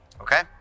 Okay